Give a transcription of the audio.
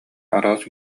араас